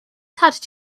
touched